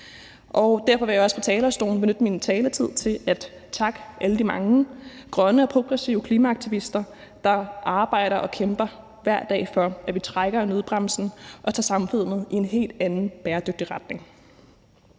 og derfor vil jeg også på talerstolen benytte min taletid til at takke alle de mange grønne og progressive klimaaktivister, der arbejder og kæmper hver dag for, at vi trækker i nødbremsen og tager samfundet i en helt anden bæredygtig retning.